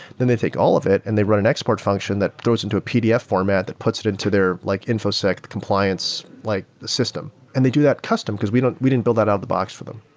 then they take all of it and they run an export function that throws into a pdf format that puts it into their like infosec compliance like system. and they do that custom, because we didn't we didn't built that out-of-the-box for them.